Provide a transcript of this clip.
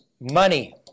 money